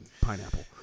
Pineapple